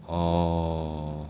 orh